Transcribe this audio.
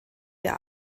der